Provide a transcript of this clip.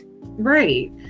Right